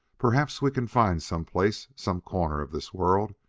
perhaps we can find some place, some corner of this world,